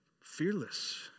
fearless